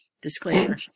Disclaimer